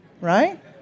right